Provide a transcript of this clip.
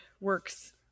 works